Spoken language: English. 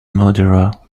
murderer